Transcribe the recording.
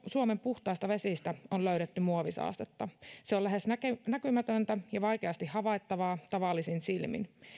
suomen puhtaista vesistä on löydetty muovisaastetta se on lähes näkymätöntä näkymätöntä ja vaikeasti havaittavaa tavallisin silmin